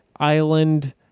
island